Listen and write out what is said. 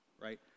right